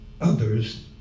others